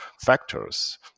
factors